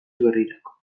berrirako